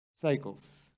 cycles